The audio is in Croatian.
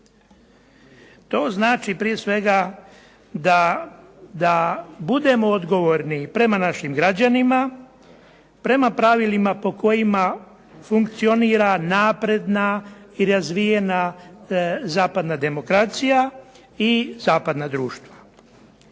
To znači prije svega da budemo odgovorni prema našim građanima, prema pravilima po kojima funkcionira napredna i razvijena zapadna demokracija i zapadna društva.